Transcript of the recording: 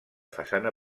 façana